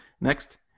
Next